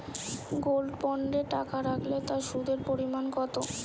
Gold বন্ডে টাকা রাখলে তা সুদের পরিমাণ কত?